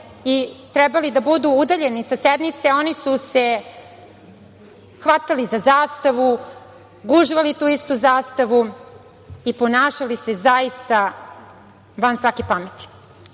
i trebali da budu udaljeni sa sednice, oni su se hvatali za zastavu, gužvali tu istu zastavu i ponašali se van svake